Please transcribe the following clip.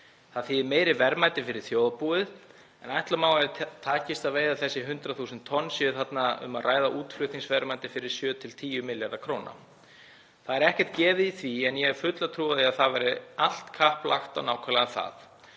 Það þýðir meiri verðmæti fyrir þjóðarbúið en ætla má að takist að veiða þessi 100.000 tonn sé þarna um að ræða útflutningsverðmæti fyrir 7–10 milljarða kr. Það er ekkert gefið í því en ég hef fulla trú á því að það verði allt kapp lagt á nákvæmlega það